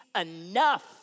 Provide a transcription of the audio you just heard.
enough